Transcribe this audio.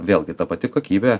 vėlgi ta pati kokybė